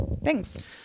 Thanks